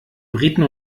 briten